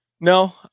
no